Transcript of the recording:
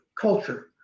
culture